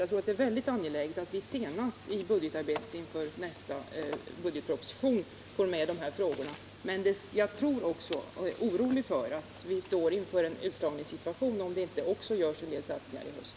Jag tror att det är mycket angeläget att vi senast i budgetarbetet inför nästa budgetproposition får med de här frågorna. Men jag tror också — och är orolig för — att vi står inför en utslagningssituation om det inte även görs en del satsningar i höst.